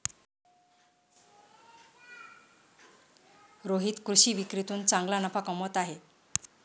रोहित कृषी विक्रीतून चांगला नफा कमवत आहे